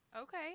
Okay